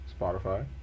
spotify